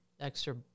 extra